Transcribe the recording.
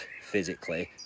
physically